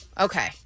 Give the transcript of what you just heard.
Okay